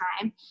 time